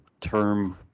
term